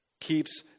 keeps